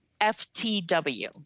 FTW